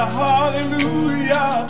hallelujah